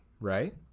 right